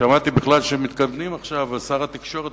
ושמעתי בכלל שמתקדמים עכשיו ושר התקשורת